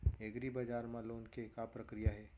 एग्रीबजार मा लोन के का प्रक्रिया हे?